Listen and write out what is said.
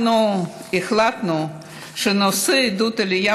אנחנו החלטנו שאת נושא עידוד העלייה